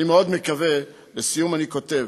אני מאוד מקווה, לסיום אני כותב: